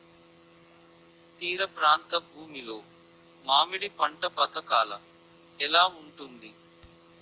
తీర ప్రాంత భూమి లో మామిడి పంట పథకాల ఎలా ఉంటుంది?